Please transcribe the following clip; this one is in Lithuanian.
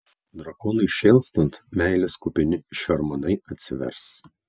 drakonui šėlstant meilės kupini šermanai atsivers